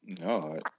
No